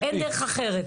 אין דרך אחרת.